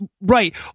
Right